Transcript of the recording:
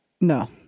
No